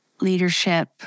leadership